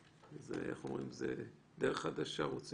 זה אומר שאם מישהו משלם בכרטיס אשראי